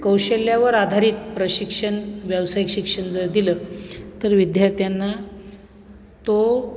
कौशल्यावर आधारित प्रशिक्षण व्यावसायिक शिक्षण जर दिलं तर विद्यार्थ्यांना तो